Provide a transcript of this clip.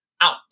out